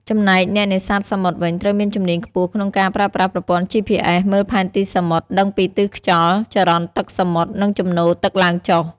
ចំណែកអ្នកនេសាទសមុទ្រវិញ ត្រូវមានជំនាញខ្ពស់ក្នុងការប្រើប្រាស់ប្រព័ន្ធ GPS មើលផែនទីសមុទ្រ ដឹងពីទិសខ្យល់ ចរន្តទឹកសមុទ្រ និងជំនោរទឹកឡើងចុះ។